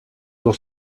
dos